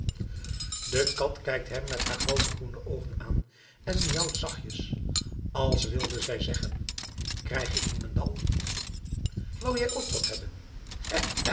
de kat kijkt hem met haar groene oogen aan en miaauwt zachtjes als wilde zij zeggen krijg ik niemendal wou jij ook wat hebben